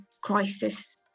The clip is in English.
crisis